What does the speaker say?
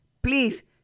please